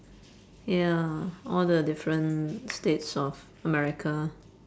ya all the different states of america